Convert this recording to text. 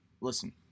listen